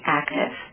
active